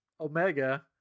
Omega